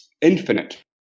infinite